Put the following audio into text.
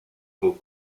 aux